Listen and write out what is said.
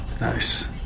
Nice